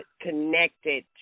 connected